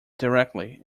directly